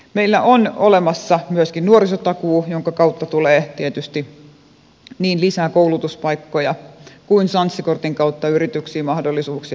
meillä on olemassa myöskin nuorisotakuu jonka kautta tulee tietysti niin lisää koulutuspaikkoja kuin sanssi kortin kautta yrityksiin mahdollisuuksia työllistyä